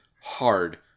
hard